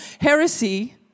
Heresy